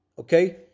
Okay